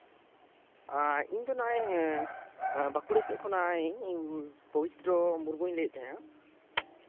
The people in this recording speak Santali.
ᱤᱧ ᱫᱚ ᱱᱚᱜᱼᱚᱭ ᱵᱟᱸᱠᱩᱲᱟ ᱥᱮᱫ ᱠᱷᱚᱱᱟᱜ ᱯᱚᱵᱤᱛᱨᱚ ᱢᱩᱨᱢᱩᱧ ᱞᱟᱹᱭᱮᱜ ᱛᱟᱦᱮᱱᱟ